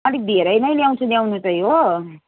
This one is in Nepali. अलिक धेरै नै ल्याउँछु ल्याउनु चाहिँ हो